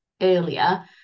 earlier